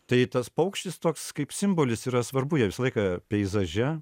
tai tas paukštis toks kaip simbolis yra svarbu jie visą laiką peizaže